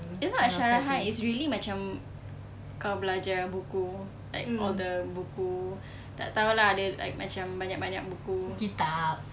it's not a syarahan it's really macam kau belajar buku like all the buku tak tahu lah dia like macam ada banyak banyak buku